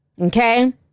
Okay